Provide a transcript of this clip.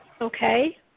okay